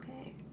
okay